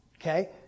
okay